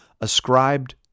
ascribed